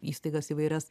įstaigas įvairias